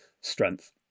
strength